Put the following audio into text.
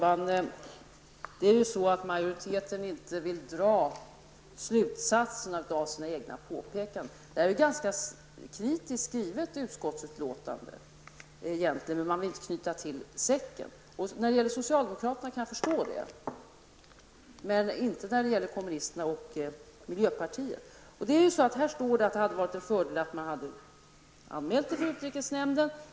Herr talman! Majoriteten vill inte dra slutsatserna av sina egna påpekanden. Utskottets utlåtande är ganska kritiskt skrivet, men man vill inte knyta till säcken. När det gäller socialdemokraterna kan jag förstå det, men inte när det gäller kommunisterna och miljöpartiet. Det står i betänkandet att det hade varit en fördel om regeringen hade anmält brevet för utrikesnämnden.